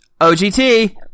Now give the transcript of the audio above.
OGT